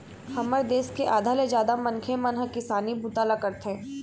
हमर देश के आधा ले जादा मनखे मन ह किसानी बूता ल करथे